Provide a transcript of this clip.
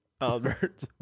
Albert